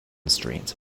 street